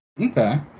Okay